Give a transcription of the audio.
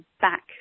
back